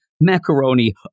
macaroni